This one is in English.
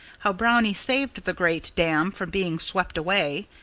how brownie saved the great dam from being swept away,